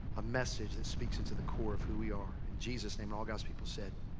a message that speaks into the core of who we are. in jesus name. and all god's people said.